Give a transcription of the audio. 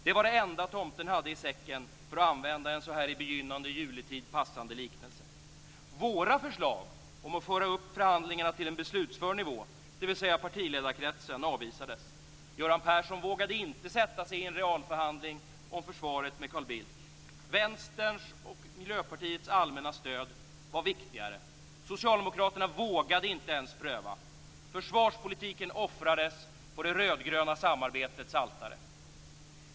Det var det enda tomten hade i säcken, för att använda en så här i begynnande juletid passande liknelse. Våra förslag om att föra upp förhandlingarna till en beslutsför nivå, dvs. partiledarkretsen, avvisades. Göran Persson vågade inte sätta sig i en realförhandling om försvaret med Carl Bildt. Vänsterns och Miljöpartiets allmänna stöd var viktigare. Socialdemokraterna vågade inte ens pröva. Försvarspolitiken offrades på det rödgröna samarbetets altare.